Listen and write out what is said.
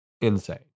insane